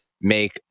Make